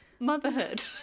Motherhood